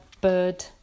bird